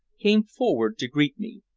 came forward to greet me,